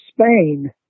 Spain